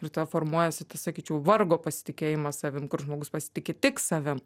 ir tada formuojasi tas sakyčiau vargo pasitikėjimas savim kur žmogus pasitiki tik savim